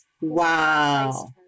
wow